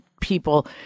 people